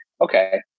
okay